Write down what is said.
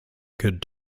good